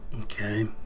Okay